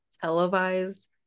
televised